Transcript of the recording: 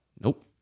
Nope